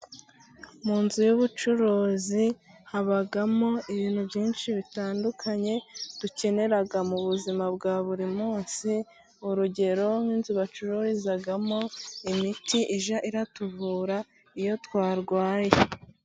Mu nzu y'ubucuruzi habamo ibintu byinshi bitandukanye dukenera mu buzima bwa buri munsi, urugero nk'inzu bacururizamo imiti ijya ituvura iyo twarwaye.